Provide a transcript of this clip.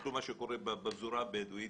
תסתכלו מה קורה בפזורה הבדואית